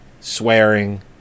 swearing